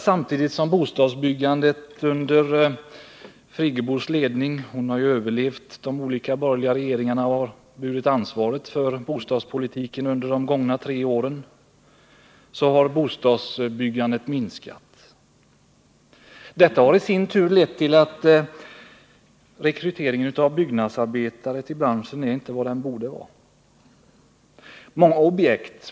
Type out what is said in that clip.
Samtidigt har bostadsbyggandet under Birgit Friggebos ledning — hon har överlevt de båda borgerliga regeringarna och burit ansvaret för bostadspolitiken under de gångna tre åren —- minskat. Detta har ii sin tur lett till att rekryteringen av byggnadsarbetare till branschen inte är vad den borde vara.